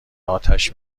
آتش